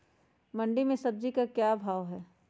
मंडी में सब्जी का क्या भाव हैँ?